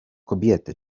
kobiety